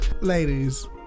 ladies